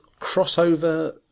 crossover